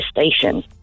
Station